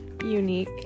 unique